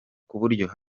kuburyo